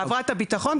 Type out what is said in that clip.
יש הרבה יותר פעילות שם.